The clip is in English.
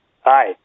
Hi